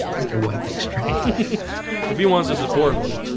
let's get one thing straight if he wants to support me